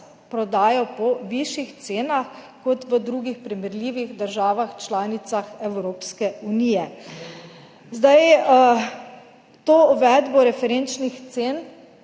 prodajala po višjih cenah kot v drugih primerljivih državah članicah Evropske unije. To uvedbo referenčnih cen